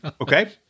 okay